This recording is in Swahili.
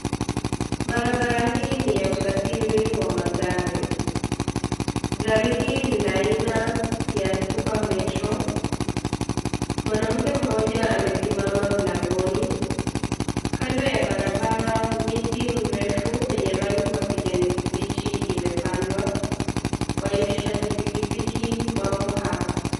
Barabara hii ni ya usafiri wa magari. Gari hii ni la aina (cs) super metro(cs),mwanamke mmoja amesimama mlangoni. Kando ya barabara miti mirefu yenye rangi ya kijani kibichi imepandwa. Waendeshaji pikipiki wamo hapa.